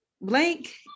blank